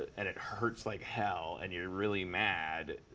and it hurts like hell, and you're really mad,